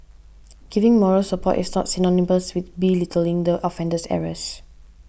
giving moral support is not synonymous with belittling the offender's errors